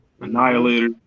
Annihilator